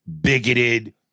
bigoted